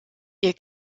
ihr